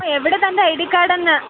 എവിടെ തൻ്റെ I D കാഡെന്ന്